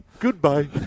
Goodbye